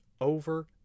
over